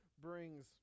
brings